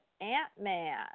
Ant-Man